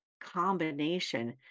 combination